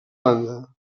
banda